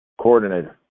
Coordinator